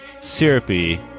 syrupy